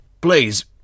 Please